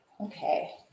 Okay